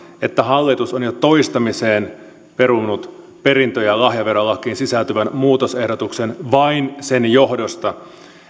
että hallitus on jo toistamiseen perunut perintö ja lahjaverolakiin sisältyvän muutosehdotuksen vain sen johdosta